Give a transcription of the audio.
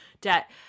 debt